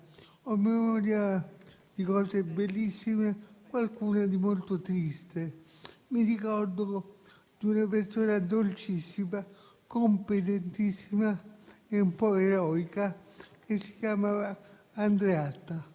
Ho memoria di cose bellissime e qualcuna di molto triste. Ricordo di una persona dolcissima, competentissima e un po' eroica, che si chiamava Andreatta.